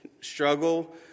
struggle